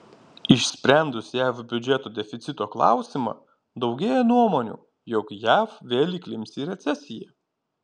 išsprendus jav biudžeto deficito klausimą daugėja nuomonių jog jav vėl įklimps į recesiją